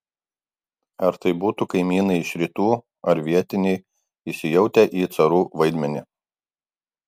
ar tai būtų kaimynai iš rytų ar vietiniai įsijautę į carų vaidmenį